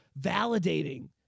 validating